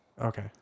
Okay